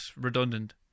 redundant